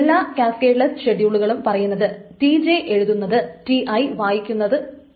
എല്ലാ കാസ്കേഡ്ലെസ്സ് ഷെഡ്യൂളുകളും പറയുന്നത് Tj എഴുതുന്നത് Ti വായിക്കുന്നത് എന്നാണ്